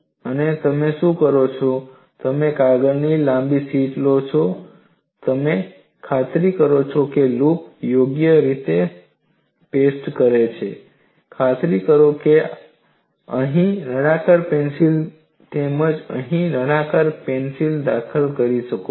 અને તમે શું કરો છો તમે કાગળની લાંબી શીટ લો છો તમે ખાતરી કરો કે લૂપ તેને યોગ્ય રીતે પેસ્ટ કરે છે ખાતરી કરો કે તમે અહીં નળાકાર પેંસિલ તેમજ અહીં નળાકાર પેંસિલ દાખલ કરી શકો છો